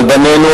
על בנינו,